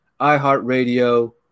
iHeartRadio